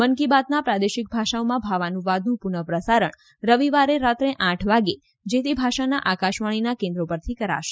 મન કી બાતના પ્રાદેશિક ભાષાઓમાં ભાવાનુવાદનું પુનઃ પ્રસારણ રવિવારે રાત્રે આઠ વાગે જે તે ભાષાના આકાશવાણીના કેન્દ્રો પરથી કરાશે